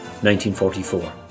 1944